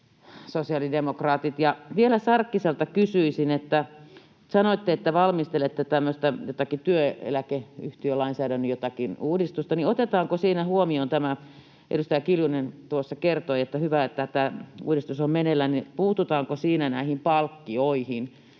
sosiaalidemokraatit. Vielä Sarkkiselta kysyisin: Sanoitte, että valmistelette tämmöistä jotakin työeläkeyhtiölainsäädännön uudistusta. Otetaanko siinä huomioon tämä — edustaja Kiljunen tuossa kertoi, että hyvä, että tämä uudistus on meneillään — ja puututaanko siinä näihin palkkioihin,